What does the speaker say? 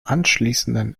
anschließenden